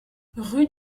rue